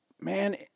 man